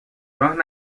راه